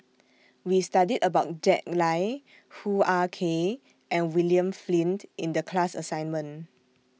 We studied about Jack Lai Hoo Ah Kay and William Flint in The class assignment